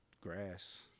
Grass